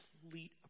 complete